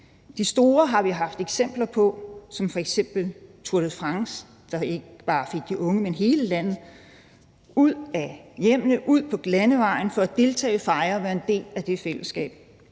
Den store har vi haft eksempler på som f.eks. Tour de France, der ikke bare fik de unge, men hele landet ud af hjemmene, ud på landevejen for at deltage, fejre, være en del af det fællesskab.